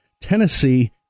Tennessee